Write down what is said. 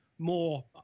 more